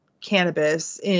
cannabis